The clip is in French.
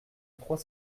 trois